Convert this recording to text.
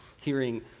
hearing